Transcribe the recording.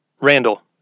Randall